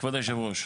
כבוד יושב הראש.